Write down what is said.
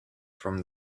from